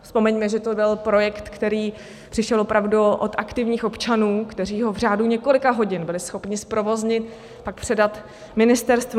Vzpomeňme, že to byl projekt, který přišel opravdu od aktivních občanů, kteří ho v řádu několika hodin byli schopni zprovoznit, pak předat ministerstvu.